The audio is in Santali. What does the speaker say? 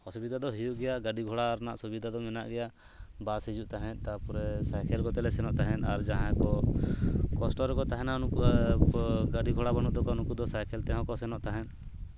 ᱚᱥᱩᱵᱤᱫᱷᱟ ᱫᱚ ᱦᱩᱭᱩᱜ ᱜᱮᱭᱟ ᱜᱟᱹᱰᱤ ᱜᱷᱚᱲᱟ ᱨᱮᱱᱟᱜ ᱥᱩᱵᱤᱫᱷᱟ ᱫᱚ ᱢᱮᱱᱟᱜ ᱜᱮᱭᱟ ᱵᱟᱥ ᱦᱤᱡᱩᱜ ᱛᱟᱦᱮᱸᱫ ᱛᱟᱨᱯᱚᱨᱮ ᱥᱟᱭᱠᱮᱞ ᱠᱚᱛᱮᱞᱮ ᱥᱮᱱᱚᱜ ᱛᱟᱦᱮᱱᱟ ᱟᱨ ᱡᱟᱦᱟᱸᱭ ᱠᱚ ᱠᱚᱥᱴᱚ ᱨᱮᱠᱚ ᱛᱟᱦᱮᱱᱟ ᱩᱱᱠᱩᱣᱟᱜ ᱜᱟᱹᱰᱤ ᱜᱷᱚᱲᱟ ᱵᱟᱹᱱᱩᱜ ᱛᱟᱠᱚᱣᱟ ᱩᱱᱠᱩ ᱫᱚ ᱥᱟᱭᱠᱮᱞ ᱛᱮᱦᱚᱸ ᱠᱚ ᱥᱮᱱᱚᱜ ᱛᱟᱦᱮᱸᱫ